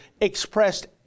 expressed